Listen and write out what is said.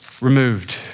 removed